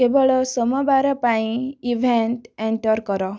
କେବଳ ସୋମବାର ପାଇଁ ଇଭେଣ୍ଟ ଏଣ୍ଟର୍ କର